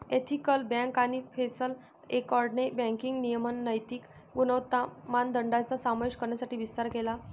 ethical bank आणि Basel एकॉर्डने banking नियमन नैतिक गुणवत्ता मानदंडांचा समावेश करण्यासाठी विस्तार केला